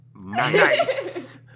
Nice